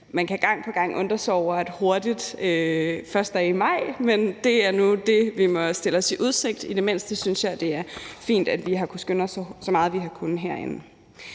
Man kan gang på gang undre sig over, at »hurtigt« først er i maj, men det er nu det, vi har udsigt til. I det mindste synes jeg, at det er fint, at vi har skyndt os herinde, så meget vi har kunnet, for